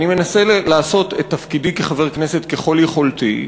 אני מנסה לעשות את תפקידי כחבר כנסת ככל יכולתי,